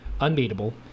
unbeatable